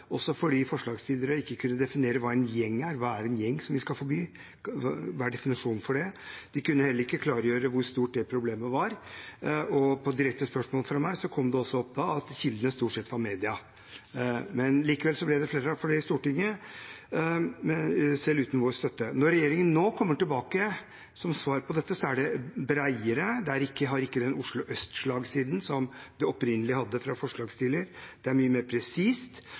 skal forby, hva er definisjonen på det? De kunne heller ikke klargjøre hvor stort det problemet var, og på direkte spørsmål fra meg kom det også opp at kildene stort sett var mediene. Likevel ble det flertall for det i Stortinget, selv uten vår støtte. Når regjeringen nå kommer tilbake som svar på dette, er det bredere. Det har ikke den Oslo øst-slagsiden som det opprinnelig hadde fra forslagsstiller, det er mye mer presist,